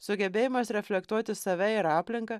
sugebėjimas reflektuoti save ir aplinką